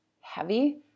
heavy